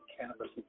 cannabis